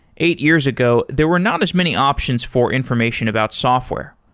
eight years ago, there were not as many options for information about software.